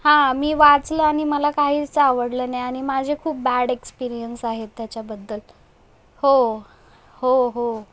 हो मी वाचलं आणि मला काहीच आवडलं नाही आणि माझे खूप बॅड एक्सपीरिअन्स आहेत त्याच्याबद्दल हो हो हो